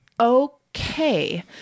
Okay